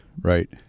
Right